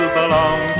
belong